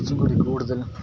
കുറച്ചും കൂടി കൂടുതൽ